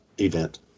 event